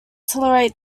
tolerate